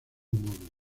móvil